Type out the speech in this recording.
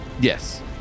Yes